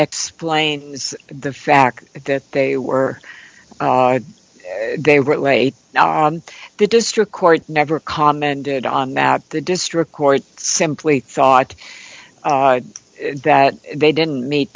explains the fact that they were they wrote wait the district court never commented on that the district court simply thought that they didn't meet